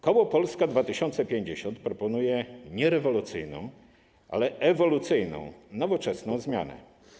Koło Polska 2050 proponuje nie rewolucyjną, ale ewolucyjną, nowoczesną zmianę.